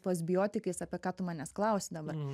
postbiotikais apie ką tu manęs klausi dabar